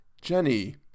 Jenny